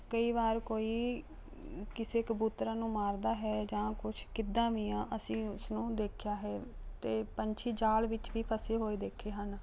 ਕਈ ਵਾਰ ਕੋਈ ਕਿਸੇ ਕਬੂਤਰਾਂ ਨੂੰ ਮਾਰਦਾ ਹੈ ਜਾਂ ਕੁਛ ਕਿੱਦਾਂ ਵੀ ਆ ਅਸੀਂ ਉਸਨੂੰ ਦੇਖਿਆ ਹੈ ਅਤੇ ਪੰਛੀ ਜਾਲ ਵਿੱਚ ਵੀ ਫਸੇ ਹੋਏ ਦੇਖੇ ਹਨ